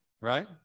right